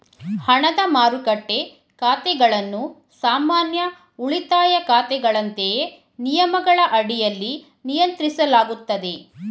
ಹಣದ ಮಾರುಕಟ್ಟೆ ಖಾತೆಗಳನ್ನು ಸಾಮಾನ್ಯ ಉಳಿತಾಯ ಖಾತೆಗಳಂತೆಯೇ ನಿಯಮಗಳ ಅಡಿಯಲ್ಲಿ ನಿಯಂತ್ರಿಸಲಾಗುತ್ತದೆ